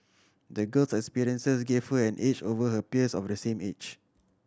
the girl's experiences gave her an edge over her peers of the same age